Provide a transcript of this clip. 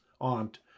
aunt